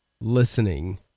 listening